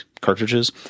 cartridges